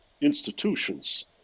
institutions